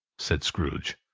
said scrooge.